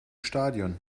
stadion